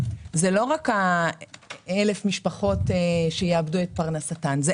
זה לא רק 1,000 משפחות שיאבדו את פרנסתן אלא זה